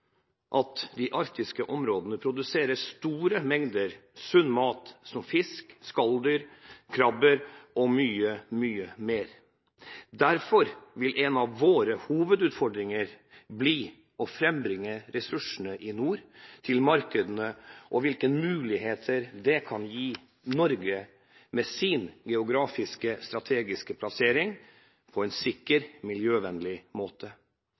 at de arktiske områdene produserer store mengder sunn mat som fisk, skalldyr, krabber og mye mer. Derfor vil en av våre hovedutfordringer bli å frambringe ressursene i nord til markedene på en sikker og miljøvennlig måte – med de mulighetene det kan gi Norge, med vår strategiske geografiske plassering.